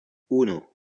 uno